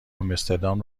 آمستردام